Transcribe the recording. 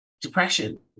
depression